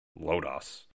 Lodos